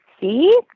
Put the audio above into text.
See